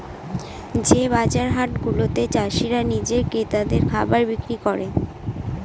যে বাজার হাট গুলাতে চাষীরা নিজে ক্রেতাদের খাবার বিক্রি করে